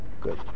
Good